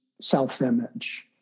self-image